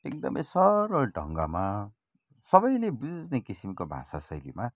एकदमै सरल ढङ्गमा सबैले बुझ्ने किसिमको भाषाशैलीमा